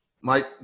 mike